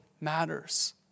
matters